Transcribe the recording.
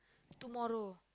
tomorrow